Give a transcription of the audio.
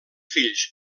fills